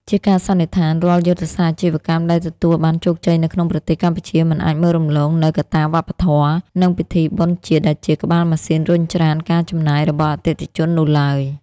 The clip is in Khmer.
ជាការសន្និដ្ឋាន រាល់យុទ្ធសាស្ត្រអាជីវកម្មដែលទទួលបានជោគជ័យនៅក្នុងប្រទេសកម្ពុជា មិនអាចមើលរំលងនូវកត្តាវប្បធម៌ និងពិធីបុណ្យជាតិ ដែលជាក្បាលម៉ាស៊ីនរុញច្រានការចំណាយរបស់អតិថិជននោះឡើយ។